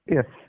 Yes